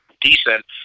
decent